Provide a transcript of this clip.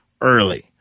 early